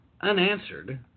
Unanswered